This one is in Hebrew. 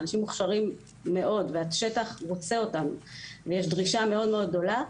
האנשים מוכשרים מאוד והשטח רוצה אותם ויש דרישה מאוד גדולה.